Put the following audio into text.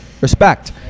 respect